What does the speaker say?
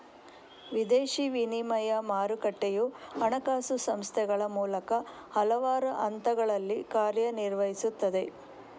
ವಿದೇಶಿ ವಿನಿಮಯ ಮಾರುಕಟ್ಟೆಯು ಹಣಕಾಸು ಸಂಸ್ಥೆಗಳ ಮೂಲಕ ಹಲವಾರು ಹಂತಗಳಲ್ಲಿ ಕಾರ್ಯ ನಿರ್ವಹಿಸುತ್ತದೆ